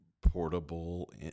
portable